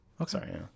Okay